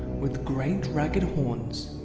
with great ragg'd horns.